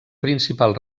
principal